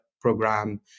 program